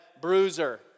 Bruiser